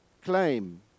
claim